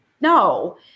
No